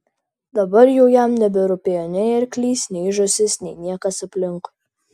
dabar jau jam neberūpėjo nei arklys nei žąsis nei niekas aplinkui